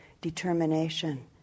determination